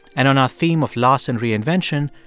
and on our theme of loss and reinvention,